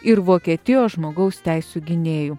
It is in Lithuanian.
ir vokietijos žmogaus teisių gynėjų